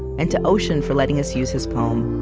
and to ocean for letting us use his poem.